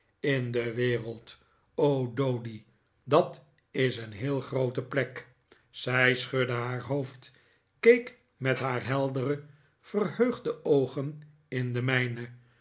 in de wereld o doady dat is een heel groote plek zij schudde haar hoofd keek met haar heldere verheugde oogen in de mijne